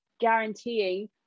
guaranteeing